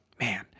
man